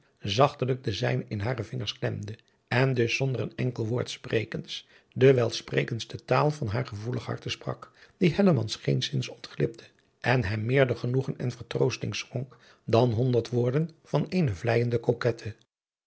zachtelijk de zijne in hare vingers klemde en dus zonder een enkel woord sprekens de welsprekendste taal van haar gevoelig harte sprak die hellemans geenszins ontglipte en hem meerder genoegen en vertroosting schonk dan honderd woorden van eene vleijende